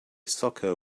soccer